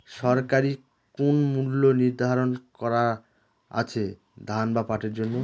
সরকারি কোন মূল্য নিধারন করা আছে ধান বা পাটের জন্য?